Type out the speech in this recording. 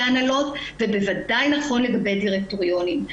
הנהלות ובוודאי נכון לגבי דירקטוריונים.